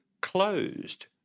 closed